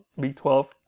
B12